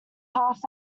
half